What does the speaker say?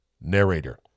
Narrator